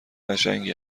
قشنگی